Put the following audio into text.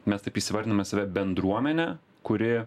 mes taip įsivardinome bendruomenė kuri